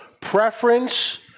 preference